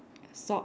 socks